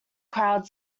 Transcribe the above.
crowd